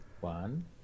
one